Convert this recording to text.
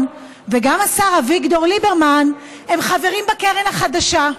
וגם השר אביגדור ליברמן הם חברים בקרן החדשה.